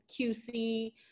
QC